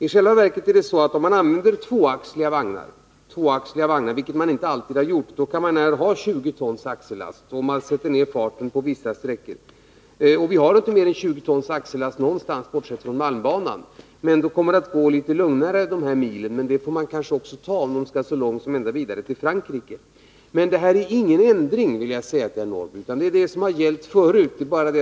I själva verket är det så att om man använder tvåaxliga vagnar, vilket man inte alltid har gjort, kan man ha 20 tons axellast om man sätter ned farten på vissa sträckor — vi har inte mer än 20 tons axellast någonstans bortsett från malmbanan. Då måste det emellertid gå litet lugnare de här milen, men det 23 att säkerställa industriernas möjligheter till järnvägstransporter kan man kanske acceptera om godset skall så långt som till Frankrike. Det är inte fråga om någon ändring, Karl-Eric Norrby, utan reglerna är desamma som tidigare.